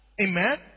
Amen